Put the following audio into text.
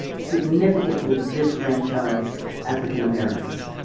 significantly disfranchised african-americans